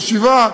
חשיבה,